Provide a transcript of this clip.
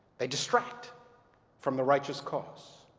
they distract from the righteous cause.